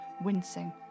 wincing